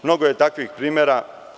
Mnogo je takvih primera.